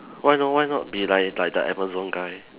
why not why not be like like the Amazon guy